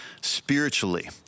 spiritually